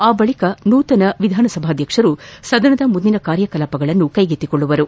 ಆ ಬಳಿಕ ನೂತನ ವಿಧಾನಸಭಾಧ್ಯಕ್ಷರು ಸದನದ ಮುಂದಿನ ಕಾರ್ಯಕಲಾಪಗಳನ್ನು ಕೈಗೆತ್ತಿಕೊಳ್ಳುವರು